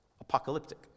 Apocalyptic